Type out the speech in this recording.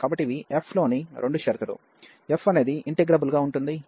కాబట్టి ఇవి f లోని రెండు షరతులు f అనేది ఇంటిగ్రబుల్ గా ఉంటుంది